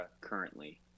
currently